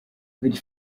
which